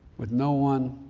with no one,